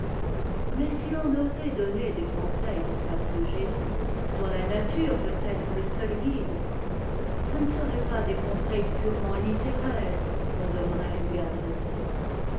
mais si l'on osait donner des conseils à ce génie dont la nature veut être te seul guide ce ne seraient pas des conseils purement littéraires qu'on devrait lui adresser